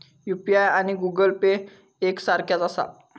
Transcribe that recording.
UPI आणि Google Pay एक सारख्याच आसा?